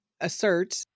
assert